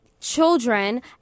Children